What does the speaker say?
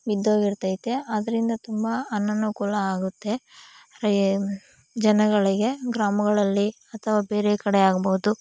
ಬಿದ್ದೋಗಿರ್ತೈತೆ ಆದ್ದರಿಂದ ತುಂಬ ಅನನುಕೂಲ ಆಗುತ್ತೆ ಜನಗಳಿಗೆ ಗ್ರಾಮಗಳಲ್ಲಿ ಅಥವಾ ಬೇರೆ ಕಡೆ ಆಗ್ಬೋದು